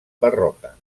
barroca